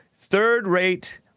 third-rate